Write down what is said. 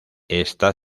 está